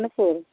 नहि कोइ